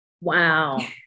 Wow